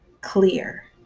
clear